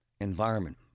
environment